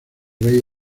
rey